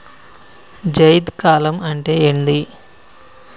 జైద్ కాలం అంటే ఏంది?